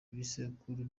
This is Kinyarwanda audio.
ibisekuru